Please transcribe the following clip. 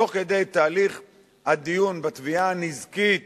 תוך כדי דיון בתביעה הנזקית